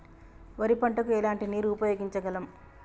వరి పంట కు ఎలాంటి నీరు ఉపయోగించగలం?